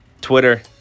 Twitter